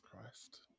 Christ